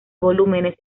volúmenes